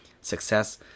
success